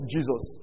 Jesus